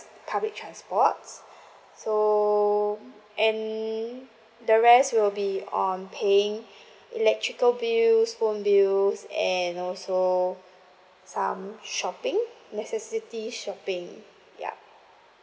public transports so and the rest will be on paying electrical bills phone bills and also some shopping necessity shopping yup